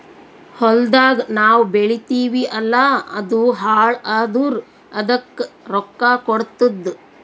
ಹೊಲ್ದಾಗ್ ನಾವ್ ಬೆಳಿತೀವಿ ಅಲ್ಲಾ ಅದು ಹಾಳ್ ಆದುರ್ ಅದಕ್ ರೊಕ್ಕಾ ಕೊಡ್ತುದ್